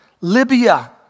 Libya